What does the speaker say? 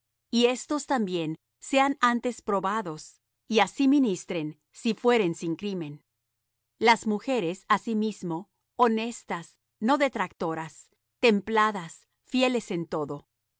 y éstos también sean antes probados y así ministren si fueren sin crimen las mujeres asimismo honestas no detractoras templadas fieles en todo